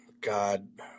God